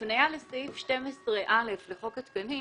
ההפניה לסעיף 12(א) לחוק התקנים